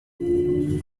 die